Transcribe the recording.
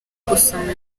gusoma